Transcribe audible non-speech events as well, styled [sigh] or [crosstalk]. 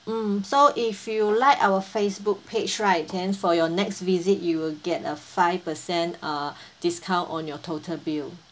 mm so if you like our Facebook page right then for your next visit you will get a five percent uh [breath] discount on your total bill